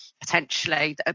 Potentially